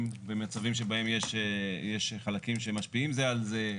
במצבים שבהם יש חלקים שמשפיעים זה על זה.